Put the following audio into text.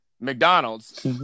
McDonald's